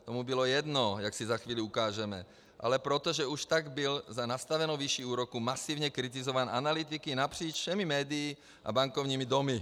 To mu bylo jedno, jak si za chvíli ukážeme, ale proto, že už tak byl za nastavenou výši úroku masivně kritizován analytiky napříč všemi médii a bankovními domy.